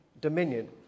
Dominion